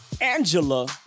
Angela